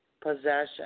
possession